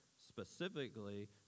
specifically